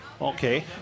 Okay